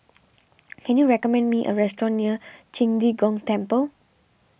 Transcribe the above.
can you recommend me a restaurant near Qing De Gong Temple